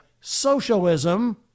socialism